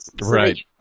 Right